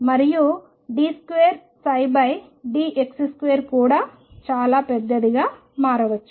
మరియు d2dx2 కూడా చాలా పెద్దదిగా మారవచ్చు